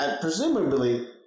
presumably